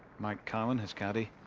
mike cowan his caddy.